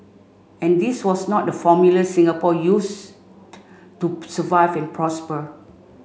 and this was not the formula Singapore use to to survive and prosper